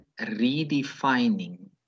redefining